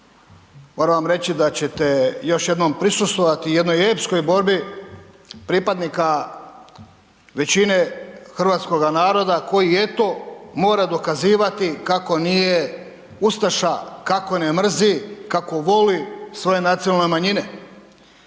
moram vam reći da ćete još jednom prisustvovati jednoj epskoj borbi pripadnika većine hrvatskoga naroda koji eto mora dokazivati kako nije ustaša, kako ne mrzi, kako voli svoje nacionalne manjine.